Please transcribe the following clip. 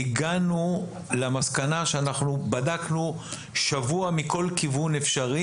הגענו למסקנה שאנחנו בדקנו שבוע מכל כיוון אפשרי